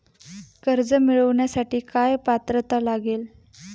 कर्ज मिळवण्यासाठी काय पात्रता लागेल?